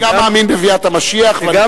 אני גם מאמין בביאת המשיח ואני בטוח שאז הכול ייעשה,